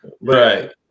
Right